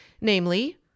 namely